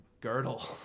girdle